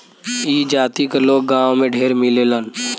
ई जाति क लोग गांव में ढेर मिलेलन